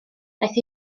daeth